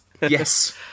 Yes